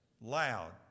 loud